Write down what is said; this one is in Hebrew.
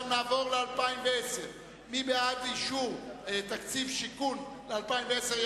עכשיו נעבור לשנת 2010. מי בעד אישור תקציב שיכון ל-2010,